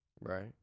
Right